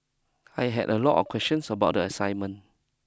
I had a lot of questions about the assignment